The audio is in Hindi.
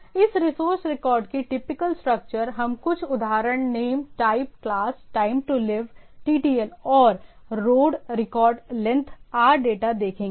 इसलिए इस रिसोर्स रिकॉर्ड की टिपिकल स्ट्रक्चर हम कुछ उदाहरण name type class time to live TTL और ROAD recoRD लेंथ RData देखेंगे